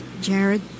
Jared